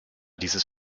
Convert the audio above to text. dieses